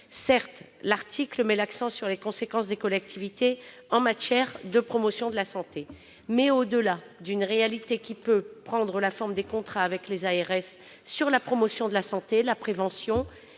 met, certes, l'accent sur leurs responsabilités en matière de promotion de la santé. Toutefois, au-delà d'une réalité qui peut prendre la forme de contrats avec les ARS sur la promotion de la santé, la prévention,